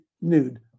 nude